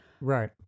Right